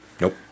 Nope